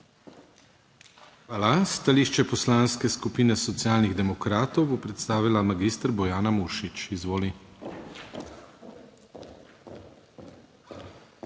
Hvala. Stališče Poslanske skupine Socialnih demokratov bo predstavila magistra Bojana Muršič. Izvoli.